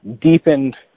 deepened